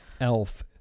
Elf